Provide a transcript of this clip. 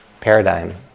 paradigm